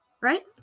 Right